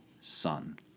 Son